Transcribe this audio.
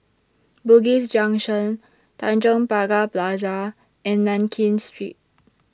Bugis Junction Tanjong Pagar Plaza and Nankin Street